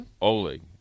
Oleg